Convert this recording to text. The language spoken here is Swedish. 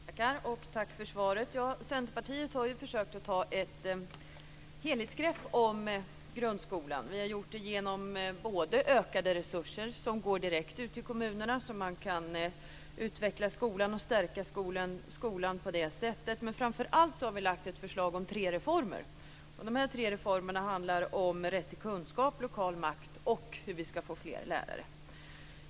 Herr talman! Tack för svaret! Centerpartiet har försökt ta ett helhetsgrepp om grundskolan. Vi har gjort det genom ökade resurser som går direkt ut till kommunerna så att de kan utveckla och stärka skolan på det sättet. Men framför allt har vi lagt fram ett förslag om tre reformer. Dessa tre reformer handlar om rätt till kunskap, lokal makt och hur vi ska få fler lärare.